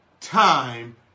time